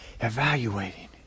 evaluating